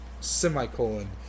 Semicolon